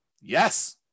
Yes